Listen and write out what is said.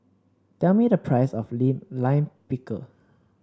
tell me the price of Lime Pickle